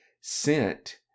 sent